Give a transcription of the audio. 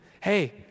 hey